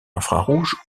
infrarouge